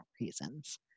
reasons